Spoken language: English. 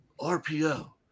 RPO